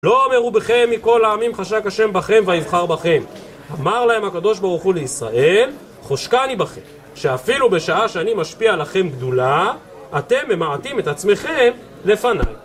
לא אמרו בכם, מכל העמים חשק ה' בכם ויבחר בכם, אמר להם הקדוש ברוך הוא לישראל, חושקני בכם, שאפילו בשעה שאני משפיע לכם גדולה, אתם ממעטים את עצמכם לפניו.